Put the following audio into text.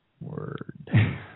Word